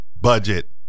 budget